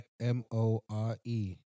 M-O-R-E